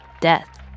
death